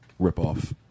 ripoff